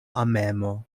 amemo